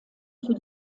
für